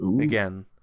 again